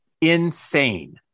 Insane